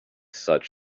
such